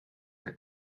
der